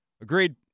Agreed